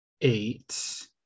eight